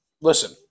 listen